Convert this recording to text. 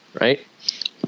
right